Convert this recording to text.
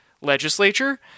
legislature